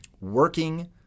working